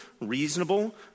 reasonable